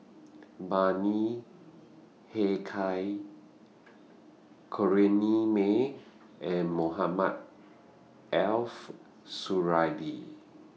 Bani Haykal Corrinne May and Mohamed elf Suradi